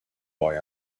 boy